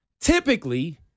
typically